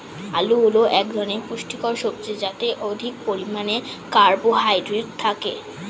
আলু হল এক ধরনের পুষ্টিকর সবজি যাতে অধিক পরিমাণে কার্বোহাইড্রেট থাকে